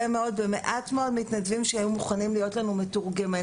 מאוד במעט מאוד מתנדבים שהיו מוכנים לשמש לנו מתורגמנים,